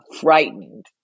frightened